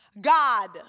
god